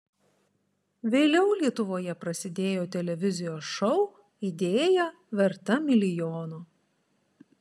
vėliau lietuvoje prasidėjo televizijos šou idėja verta milijono